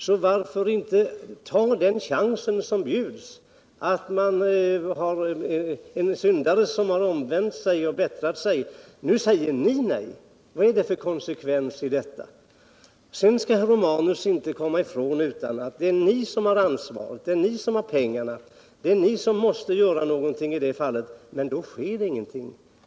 Men varför då inte ta den chans som bjuds när en syndare har omvänt sig? Nu säger ni nej. Vad är det för konsekvens i detta? Herr Romanus kan inte komma ifrån att det är ni som har ansvaret och att det är ni som har pengarna. Det är ni som måste göra någonting i det fallet, men nu sker ingenting.